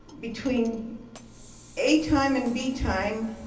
between a time and b time,